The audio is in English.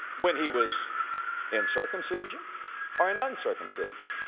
when he was in circumcision or in uncircumcision?